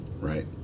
Right